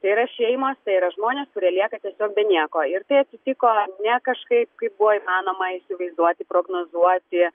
tai yra šeimos tai yra žmonės kurie lieka tiesiog be nieko ir tai atsitiko ne kažkaip kaip buvo įmanoma įsivaizduoti prognozuoti